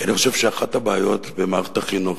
כי אני חושב שאחת הבעיות במערכת החינוך,